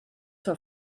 zur